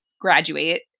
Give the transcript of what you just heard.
graduate